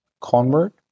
convert